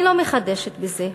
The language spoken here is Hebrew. אני לא מחדשת בזה.